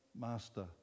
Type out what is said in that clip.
Master